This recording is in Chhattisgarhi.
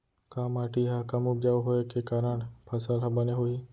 का माटी हा कम उपजाऊ होये के कारण फसल हा बने होही?